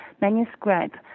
manuscript